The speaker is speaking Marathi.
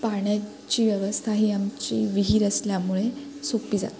पाण्याची व्यवस्था ही आमची विहीर असल्यामुळे सोपी जाते